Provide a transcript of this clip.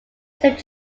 saint